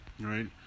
right